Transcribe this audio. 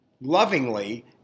lovingly